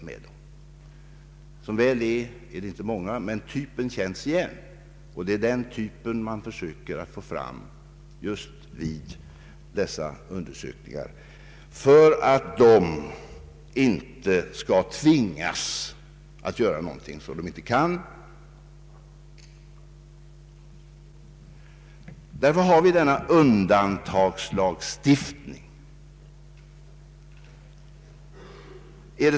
De är inte så många, men typen känns igen, och det är den typen man försöker få fram vid undersökningarna för att dessa män inte skall tvingas göra någonting som de inte kan klara av. Därför har vi denna undantagslagstiftning.